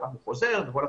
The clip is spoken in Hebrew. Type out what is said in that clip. חזר ושוב עבר,